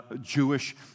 Jewish